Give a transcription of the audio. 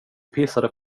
pissade